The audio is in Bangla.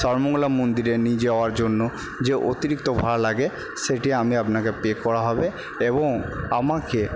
সর্বমঙ্গলা মন্দিরে নিয়ে যাওয়ার জন্য যে অতিরিক্ত ভাড়া লাগে সেটি আমি আপনাকে পে করা হবে এবং আমাকে